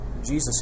Jesus